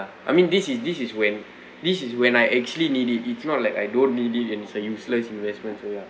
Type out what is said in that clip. I mean this is this is when this is when I actually needed it is not like I don't need it and it's a useless investment so ya